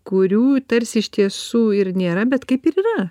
kurių tarsi iš tiesų ir nėra bet kaip ir yra